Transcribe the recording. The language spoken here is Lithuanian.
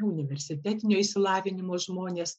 ne universitetinio išsilavinimo žmonės